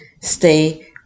stay